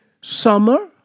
summer